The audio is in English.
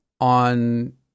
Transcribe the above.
on